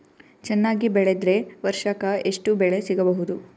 ಚೆನ್ನಾಗಿ ಬೆಳೆದ್ರೆ ವರ್ಷಕ ಎಷ್ಟು ಬೆಳೆ ಸಿಗಬಹುದು?